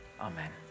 amen